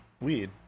Weed